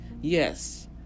Yes